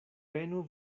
penu